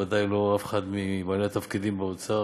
בוודאי לא אף אחד מבעלי התפקידים באוצר,